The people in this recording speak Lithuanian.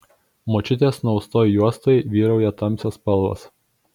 močiutės nuaustoj juostoj vyrauja tamsios spalvos